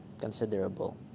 considerable